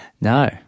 No